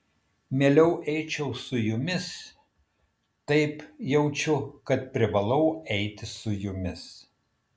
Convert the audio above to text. mieliau eičiau su jumis taip jaučiu kad privalau eiti su jumis